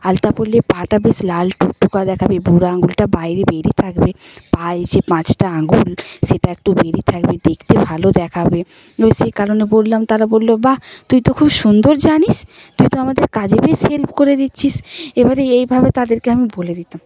আলতা পরলে পা টা বেশ লাল টুকটুকা দেখাবে বুড়া আঙ্গুলটা বাইরে বেরিয়ে থাকবে পায়ে যে পাঁচটা আঙ্গুল সেটা একটু বেরিয়ে থাকবে দেখতে ভালো দেখাবে ঐ সেকারণে বললাম তারা বললো বাহ তুই তো খুব সুন্দর জানিস তুই তো আমাদের কাজে বেশ হেল্প করে দিচ্ছিস এবারে এইভাবে তাদেরকে আমি বলে দিতাম